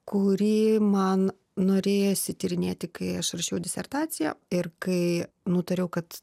kurį man norėjosi tyrinėti kai aš rašiau disertaciją ir kai nutariau kad